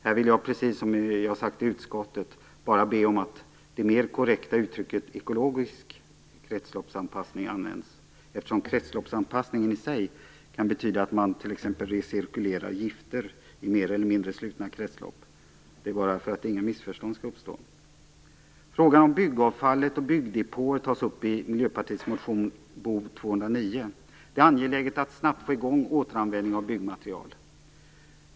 Här vill jag, precis som jag har sagt i utskottet, bara be om att det mer korrekta uttrycket "ekologisk kretsloppsanpassning" används, eftersom kretsloppsanpassningen i sig kan betyda att man t.ex. recirkulerar gifter, i mer eller mindre slutna kretslopp - detta bara för att inga missförstånd skall uppstå. Frågan om byggavfallet och byggdepåer tas upp i Miljöpartiets motion Bo209. Det är angeläget att snabbt få i gång återanvändningen av byggmaterial.